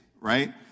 right